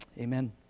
amen